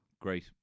Great